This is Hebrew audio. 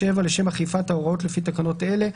7. לשם אכיפת ההוראות לפי תקנות אלה,